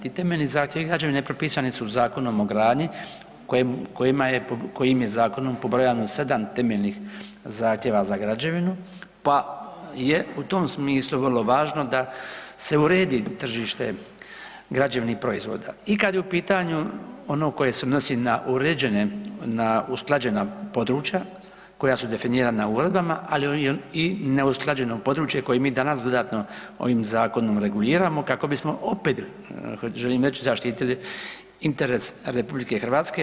Ti temeljni zahtjevi građevine propisani su Zakonom o gradnji kojim je zakonom pobrojano 7 temeljnih zahtjeva za građevinu, pa je u tom smislu vrlo važno da se uredi tržište građevnih proizvoda i kada je u pitanju ovo koje se odnosi na usklađena područja koja su definirana uredbama, ali i neusklađeno područje koje mi danas dodatno ovim zakonom reguliramo kako bismo opet želim reći zaštitili interes Republike Hrvatske.